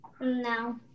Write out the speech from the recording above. No